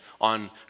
on